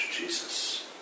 Jesus